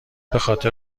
بخاطر